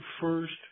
first